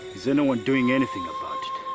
is anyone doing anything about it?